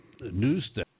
news